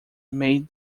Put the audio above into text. made